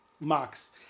Max